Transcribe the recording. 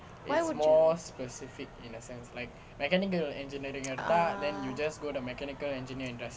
why would you ah